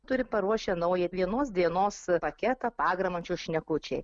turim paruošę naują vienos dienos paketą pagramančio šnekučiai